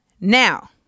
Now